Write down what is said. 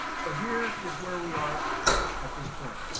so here is where we are at this point,